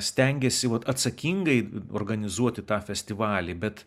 stengiasi vat atsakingai organizuoti tą festivalį bet